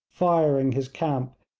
firing his camp,